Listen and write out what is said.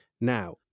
Now